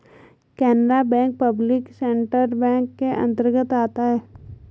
Canara bank public sector bank के अंतर्गत आता है